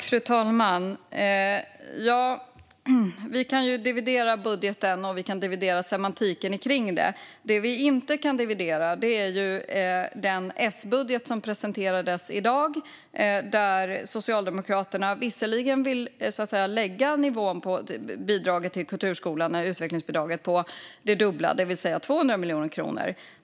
Fru talman! Vi kan dividera om budgeten och semantiken. Det vi inte kan dividera om är den S-budget som presenterades i dag, där Socialdemokraterna visserligen vill dubblera nivån på utvecklingsbidraget till kulturskolan till 200 miljoner kronor.